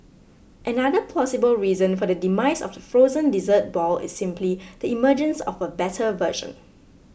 another plausible reason for the demise of the frozen dessert ball is simply the emergence of a better version